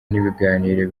n’ibiganiro